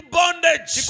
bondage